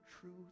truth